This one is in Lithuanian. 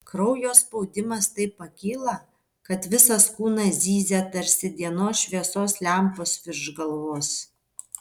kraujo spaudimas taip pakyla kad visas kūnas zyzia tarsi dienos šviesos lempos virš galvos